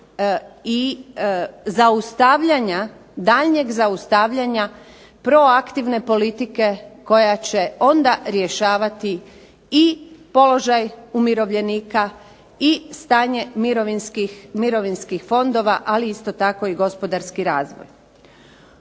i zaustavljanja daljnjeg zaustavljanja proaktivne politike koja će onda rješavati i položaj umirovljenika i stanje mirovinskih fondova ali isto tako gospodarski razvoj.